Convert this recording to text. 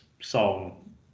song